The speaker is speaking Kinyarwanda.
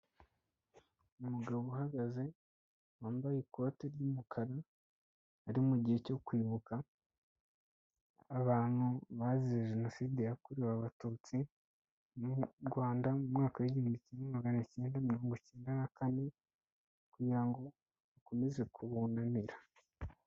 Umugabo uhagaze wambaye ikote ry'umukara ari mu gihe cyo kwibuka abantu bazize Jenoside yakorewe Abatutsi mu Rwanda, mu mwaka w'igihumbi kimwe magana acyenda mirongo icyenda na kane kugira ngo bakomeze kubunamira.